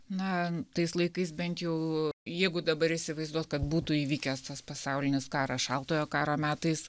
na tais laikais bent jau jeigu dabar įsivaizduot kad būtų įvykęs tas pasaulinis karas šaltojo karo metais